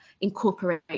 incorporate